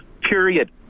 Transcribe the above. period